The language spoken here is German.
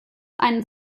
einen